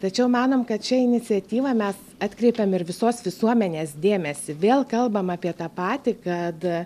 tačiau manom kad šia iniciatyva mes atkreipiam ir visos visuomenės dėmesį vėl kalbam apie tą patį kad